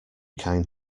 kind